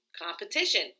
competition